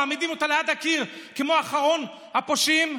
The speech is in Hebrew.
מעמידים אותה ליד הקיר כמו אחרון הפושעים,